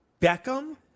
Beckham